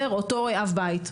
אותו אב בית,